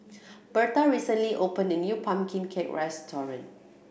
Bertha recently opened a new pumpkin cake restaurant